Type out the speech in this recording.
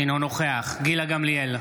אינו נוכח גילה גמליאל,